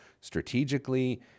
strategically